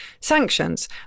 sanctions